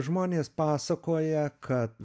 žmonės pasakoja kad